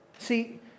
See